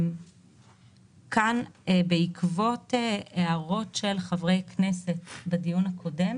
כאן בעקבות הערות של חברי כנסת בדיון הקודם